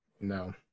No